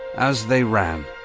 as they ran,